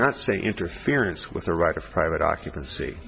not say interference with a right of private occupancy